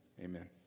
Amen